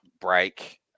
break